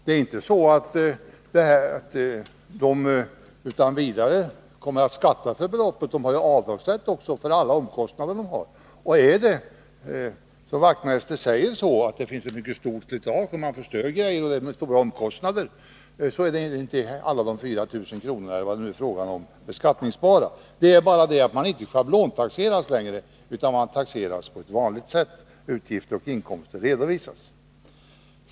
Det är alltså inte så att fastighetsägaren utan vidare kommer att skatta för beloppet. Han har ju också avdragsrätt för alla omkostnader. Är det, som Knut Wachtmeister säger, så att slitaget är mycket stort och omkostnaderna därför blir mycket höga, blir inte hela beloppet 4 000 kr. — eller det belopp som det nu är fråga om — beskattningsbart. Det är bara den skillnaden att han inte längre schablontaxeras, utan att han taxeras på vanligt sätt, dvs. utgifter och inkomster redovisas.